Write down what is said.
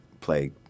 play